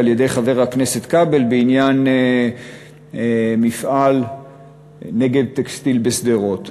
על-ידי חבר הכנסת כבל בעניין מפעל "נגב טקסטיל" בשדרות.